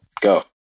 go